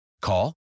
Call